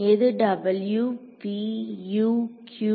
எது W p U q f